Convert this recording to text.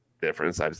difference